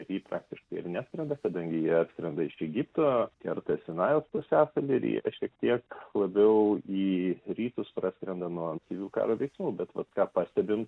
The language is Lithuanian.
per jį praktiškai ir neskrenda kadangi jie atskrenda iš egipto kerta sinajaus pusiasalį šiek tiek labiau į rytus praskrenda nuo aktyvių karo veiksmų bet vat ką pastebim